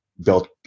built